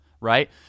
Right